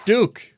Duke